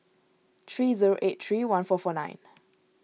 three zero eight three one four four nine